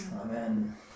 Amen